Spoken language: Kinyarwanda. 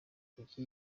kuki